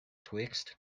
twixt